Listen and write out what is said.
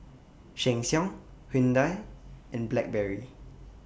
Sheng Siong Hyundai and Blackberry